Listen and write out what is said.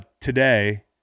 today